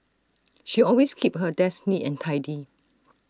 she always keeps her desk neat and tidy